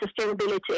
sustainability